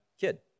kid